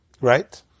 right